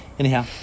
Anyhow